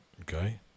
okay